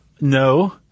No